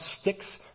sticks